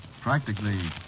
Practically